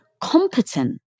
competent